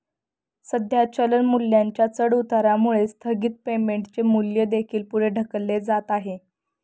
सध्या चलन मूल्याच्या चढउतारामुळे स्थगित पेमेंटचे मूल्य देखील पुढे ढकलले जात आहे